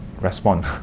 respond